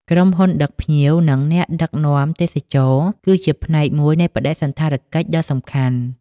ក្រុមហ៊ុនដឹកភ្ញៀវ និងអ្នកដឹកនាំទេសចរគឺជាផ្នែកមួយនៃបដិសណ្ឋារកិច្ចដ៏សំខាន់។